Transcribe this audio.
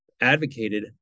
advocated